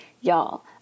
y'all